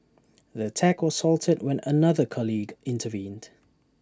the attack was halted when another colleague intervened